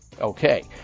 Okay